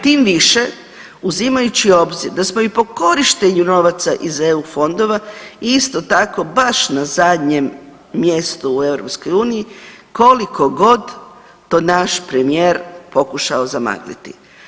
Tim više uzimajući u obzir da smo i po korištenju novaca iz EU fondova isto tako, baš na zadnjem mjestu u EU, koliko god to naš premijer pokušao zamagliti.